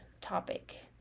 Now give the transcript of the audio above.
topic